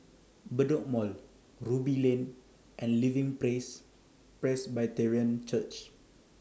Bedok Mall Ruby Lane and Living Praise Presbyterian Church